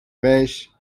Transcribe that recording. beş